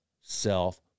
self